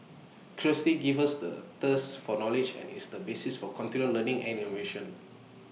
curiosity gives us the thirst for knowledge and is the basis for continual learning and innovation